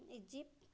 Egypt